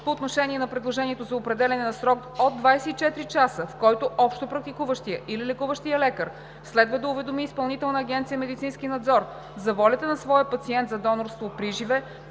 По отношение на предложението за определяне на срок от 24 часа, в който общопрактикуващият или лекуващият лекар следва да уведоми Изпълнителна агенция „Медицински надзор“ за волята на своя пациент за донорство приживе,